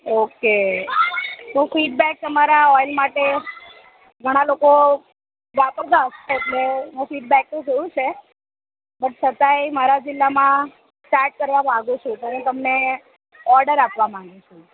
okay તો feedback તમરા oil માટે ઘણા લોકો વાપરતા હશે એટલે હું ફીડબેક તો જોયું છે બટ છતાંય મારા જિલ્લામાં સ્ટાર્ટ કરવા માંગું છું તો હું તમને ઓર્ડર આપવા માંગુ છું